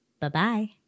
Bye-bye